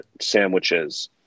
sandwiches